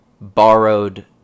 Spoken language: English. borrowed